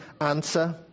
answer